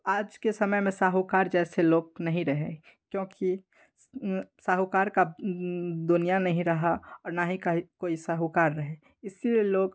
आज के समय में साहूकार जैसे लोग नहीं रहे क्योंकि साहूकार का दुनिया नहीं रहा और ना ही कोई साहूकार रहे इसलिए लोग